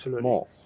more